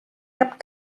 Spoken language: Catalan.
cap